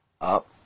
up